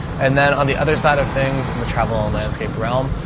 and then on the other side of things, in the travel and landscape realm,